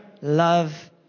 love